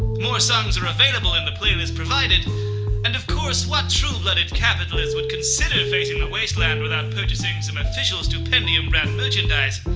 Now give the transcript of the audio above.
more songs are available in the playlist provided and of course what true-blooded capitalist would consider facing the wasteland without purchasing some official stupendium brand merchandice?